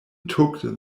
took